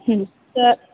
तर